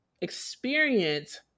experience